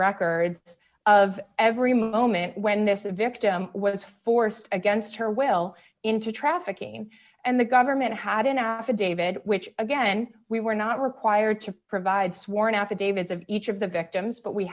records of every moment when this victim was forced against her will into trafficking and the government had an affidavit which again we were not required to provide sworn affidavits of each of the victims but we